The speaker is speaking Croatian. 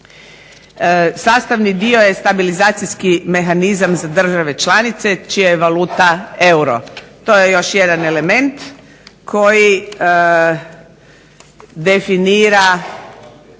Sastavni dio je stabilizacijski mehanizam za države članice čija je valuta euro. To je još jedan element koji definira